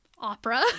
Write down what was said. opera